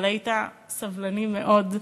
אבל היית סבלני מאוד,